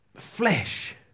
flesh